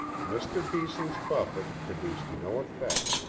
mr. beeson's buffet produced no effect,